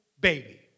baby